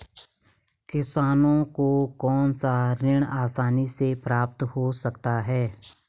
किसानों को कौनसा ऋण आसानी से प्राप्त हो सकता है?